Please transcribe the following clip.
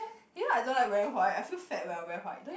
you know I don't like wearing white I feel fat when I wear white don't you